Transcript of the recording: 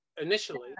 initially